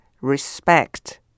Respect